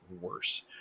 worse